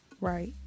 Right